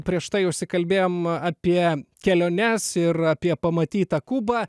prieš tai užsikalbėjom apie keliones ir apie pamatytą kubą